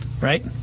right